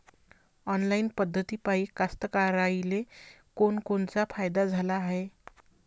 Online पद्धतीपायी कास्तकाराइले कोनकोनचा फायदा झाला हाये?